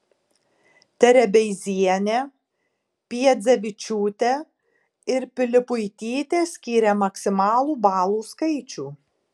terebeizienė piedzevičiūtė ir pilipuitytė skyrė maksimalų balų skaičių